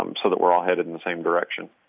um so that we're all headed in the same direction.